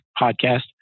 podcast